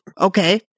Okay